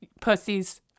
pussies